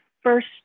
first